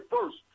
first